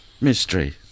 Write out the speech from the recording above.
mystery